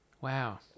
Wow